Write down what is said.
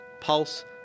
Pulse